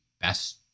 best